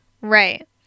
right